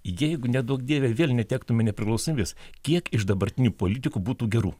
jeigu neduok dieve vėl netektume nepriklausomybės kiek iš dabartinių politikų būtų gerų